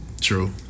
True